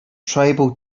tribal